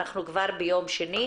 אנחנו כבר ביום שני.